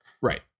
Right